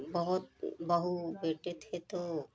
बहुत बहू बेटे थे तो